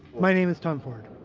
my name is tom ford.